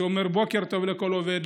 שאומר בוקר טוב לכל עובד,